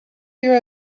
your